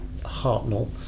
Hartnell